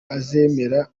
azemera